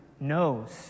knows